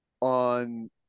on